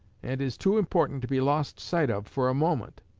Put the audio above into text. and is too important to be lost sight of for a moment.